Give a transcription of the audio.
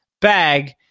bag